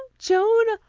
joan,